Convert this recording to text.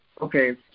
okay